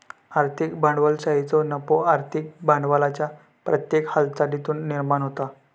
आर्थिक भांडवलशाहीचो नफो आर्थिक भांडवलाच्या प्रत्येक हालचालीतुन निर्माण होता